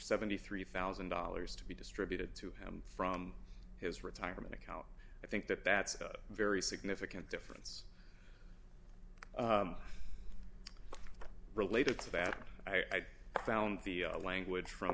seventy three thousand dollars to be distributed to him from his retirement account i think that that's a very significant difference related to that i'd found the language from